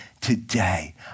today